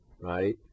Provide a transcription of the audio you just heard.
right